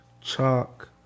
Chalk